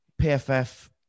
PFF